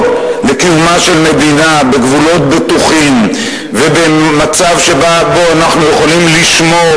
לקיומה של מדינה בגבולות בטוחים ובמצב שבו אנחנו יכולים לשמור